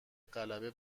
غلبه